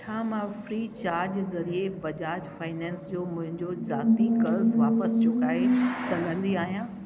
छा मां फ्रीचार्ज ज़रिए बजाज फाइनेंस जो मुंहिंजो ज़ाती कर्ज़ु वापसि चुकाए सघंदी आहियां